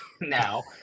now